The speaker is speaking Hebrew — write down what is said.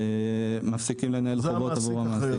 ומפסיקים לנהל חובות עבור המעסיק.